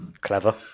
Clever